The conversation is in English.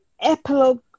epilogue